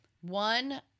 one